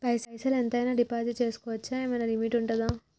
పైసల్ ఎంత అయినా డిపాజిట్ చేస్కోవచ్చా? ఏమైనా లిమిట్ ఉంటదా?